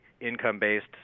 income-based